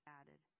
added